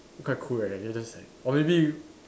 quite cool right and just like or maybe